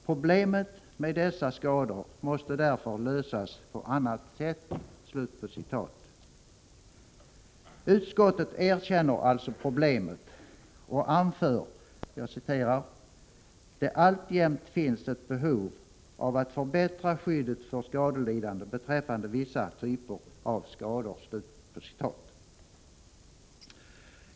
Problemet med dessa skador måste därför lösas på annat sätt.” Utskottet erkänner alltså problemet och anför att ”det alltjämt finns ett behov av att förbättra skyddet för skadelidande beträffande vissa typer av skador”.